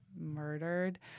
murdered